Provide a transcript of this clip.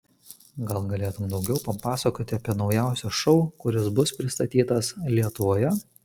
gal galėtumei daugiau papasakoti apie naujausią šou kuris bus pristatytas lietuvoje